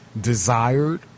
desired